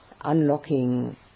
unlocking